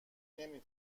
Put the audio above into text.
نمی